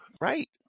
Right